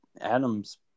Adam's